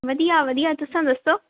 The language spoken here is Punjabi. ਵਧੀਆ ਵਧੀਆ ਤੁਸਾਂ ਦੱਸੋ